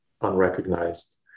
unrecognized